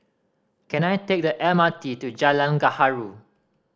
can I take the M R T to Jalan Gaharu